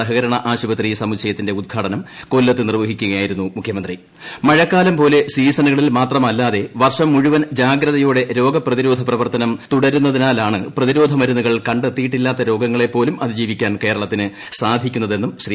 സഹകരണ ആശുപത്രി സമുച്ചയത്തിന്റെ കൊല്ലത്ത് ഉദ്ഘാടനും നിർവഹിക്കുകയായിരുന്നു മുഖ്യമൃത്ത് മഴക്കാലം പോലെ സീസണുകളിൽ മാത്രമല്ലാതെ ക്ഷർഷ്ട് മുഴുവൻ ജാഗ്രതയോടെ രോഗപ്രതിരോധ പ്രവർത്തനും തുടരുന്നതിനാലാണ് പ്രതിരോധ മരുന്നുകൾ കണ്ടെത്തിയിട്ടില്ലാത്ത രോഗങ്ങളെപ്പോലും അതിജീവിക്കാൻ സാധിക്കുന്നതെന്നും ശ്രീ